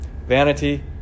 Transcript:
Vanity